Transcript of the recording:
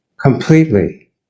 completely